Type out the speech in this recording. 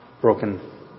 broken